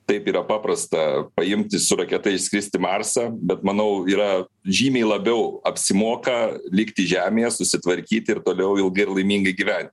taip yra paprasta paimti su raketa išskrist į marsą bet manau yra žymiai labiau apsimoka likti žemėje susitvarkyti ir toliau ilgai ir laimingai gyventi